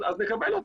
אז נקבל אותו.